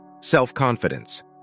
Self-confidence